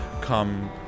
come